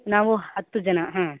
ನಾವು ಹತ್ತು ಜನ ಹಾಂ